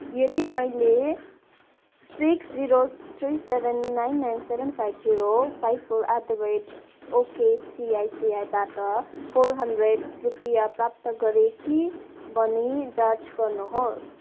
यदि मैले six zero three seven nine nine seven five zero five four eight the rate ओकेसिआइसिआइबाट four hundred रुपियाँ प्राप्त गरेँ कि भनी जाँच गर्नुहोस्